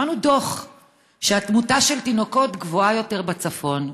שמענו דוח שהתמותה של תינוקות גבוהה יותר בצפון,